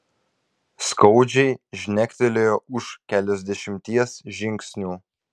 skaudžiai žnektelėjo už keliasdešimties žingsnių